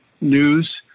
news